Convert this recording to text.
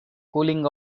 cooling